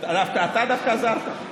אתה דווקא עזרת.